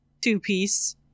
two-piece